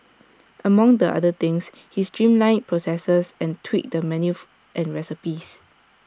among the other things he streamlined processes and tweaked the menus and recipes